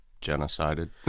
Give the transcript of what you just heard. genocided